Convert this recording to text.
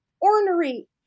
ornery